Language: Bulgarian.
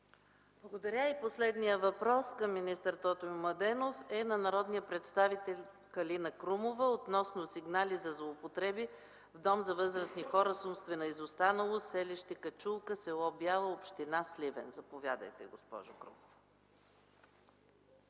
Благодаря. Последният въпрос към министър Тотю Младенов е на народния представител Калина Крумова относно сигнали за злоупотреби в Дом за възрастни хора с умствена изостаналост, селище „Качулка”, с. Бяла, община Сливен. Заповядайте, госпожо Крумова.